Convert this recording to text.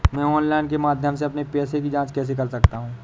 मैं ऑनलाइन के माध्यम से अपने पैसे की जाँच कैसे कर सकता हूँ?